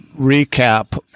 recap